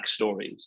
backstories